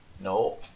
No